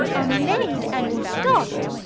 a maid, and stuffed!